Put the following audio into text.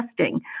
testing